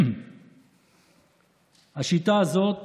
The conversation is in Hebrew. השיטה הזאת